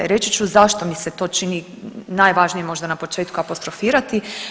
I reći ću zašto mi se to čini najvažnijim možda na početku apostrofirati.